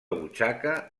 butxaca